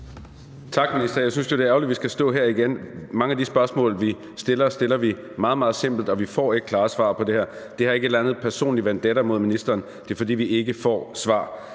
Tak, minister. Jeg synes jo, at det er ærgerligt, at vi skal stå her igen. Mange af de spørgsmål, vi stiller, stiller vi meget, meget simpelt, og vi får ikke klare svar på det her. Det her er ikke en eller anden personlig vendetta mod ministeren. Det er, fordi vi ikke får svar.